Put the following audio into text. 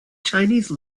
chinese